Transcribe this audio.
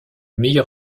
meilleur